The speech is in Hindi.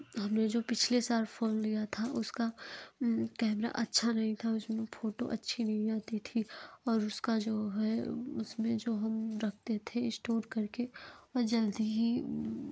हमने जो पिछले साल फोन लिया था उसका कैमरा अच्छा नहीं था उसमें फोटो अच्छी नहीं आती थी और उसका जो है उसमें जो हम रखते थे स्टोर करके ओ जल्दी ही